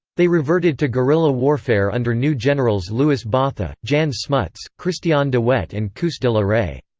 they reverted to guerrilla warfare under new generals louis botha, jan smuts, christiaan de wet and koos de la rey.